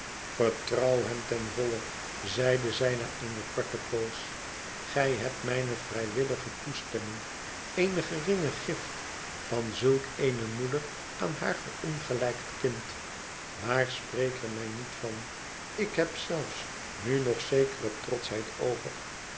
vertrouw hem ten volle zeide zij na een korte poos gij hebt mijne vrijwillige toestemming eene geringe gift van zulk eene moedei aan haar verongelijkt kind maar spreek er mij niet van ik heb zelfs nu nog zekere trotschheid over